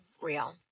real